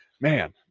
man